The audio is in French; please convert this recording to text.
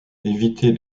éviter